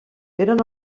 eren